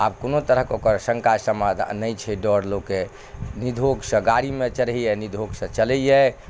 आब कोनो तरहक ओकर शंका समाधान नहि छै डर लोक निधोकसँ गाड़ीमे चढ़ैया निधोकसँ चलैया